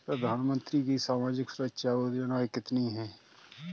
प्रधानमंत्री की सामाजिक सुरक्षा योजनाएँ कितनी हैं?